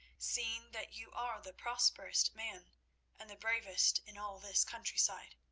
seeing that you are the properest man and the bravest in all this country side.